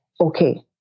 okay